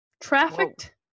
trafficked